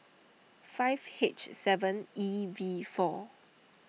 five H seven E V four